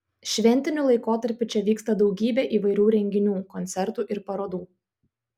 šventiniu laikotarpiu čia vyksta daugybė įvairių renginių koncertų ir parodų